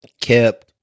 kept